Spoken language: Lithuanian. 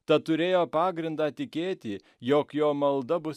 tad turėjo pagrindą tikėti jog jo malda bus